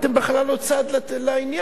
אתם בכלל לא צד בעניין.